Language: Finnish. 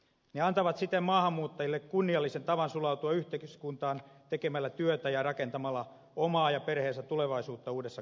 ne antavat siten maahanmuuttajille kunniallisen tavan sulautua yhteiskuntaan tekemällä työtä ja rakentamalla omaa ja perheensä tulevaisuutta uudessa kotimaassa